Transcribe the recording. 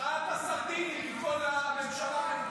מחאת הסרדינים מכל הממשלה המנופחת הזאת.